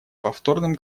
повторным